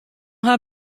har